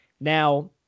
Now